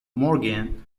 morgan